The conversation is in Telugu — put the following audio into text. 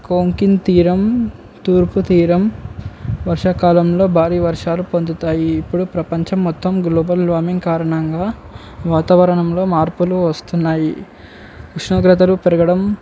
కోంకన్ తీరం తూర్పు తీరం వర్షాకాలంలో భారీ వర్షాలు పొందుతాయి ఇప్పుడు ప్రపంచం మొత్తం గ్లోబల్ వార్మింగ్ కారణంగా వాతావరణంలో మార్పులు వస్తున్నాయి ఉష్ణోగ్రతలు పెరగడం